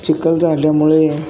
चिखल झाल्यामुळे